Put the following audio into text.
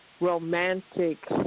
romantic